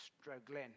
struggling